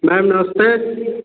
ma'am नमस्ते